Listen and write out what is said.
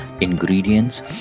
ingredients